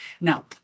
Now